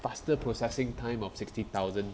faster processing time of sixty thousand